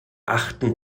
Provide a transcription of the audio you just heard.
achten